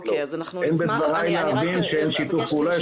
אין מדבריי להבין שאין שיתוף פעולה,